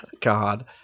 God